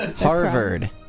Harvard